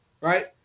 right